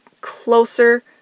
closer